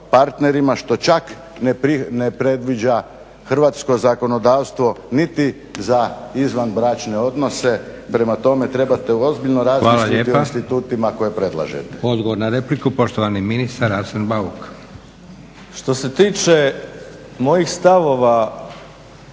partnerima što čak ne predviđa hrvatsko zakonodavstvo niti za izvanbračne odnose. Prema tome, trebate ozbiljno razmisliti o institutima koje predlažete. **Leko, Josip (SDP)** Hvala lijepa. Odgovor na repliku, poštovani ministar Arsen Bauk. **Bauk, Arsen (SDP)** Što se tiče mojih stavova